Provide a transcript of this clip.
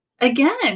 again